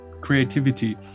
creativity